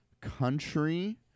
country